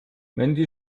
mandy